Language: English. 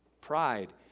pride